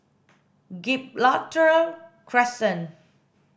Gibraltar Crescent